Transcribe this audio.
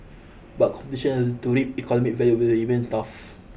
but to reap economic value will remain tough